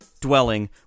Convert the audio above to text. dwelling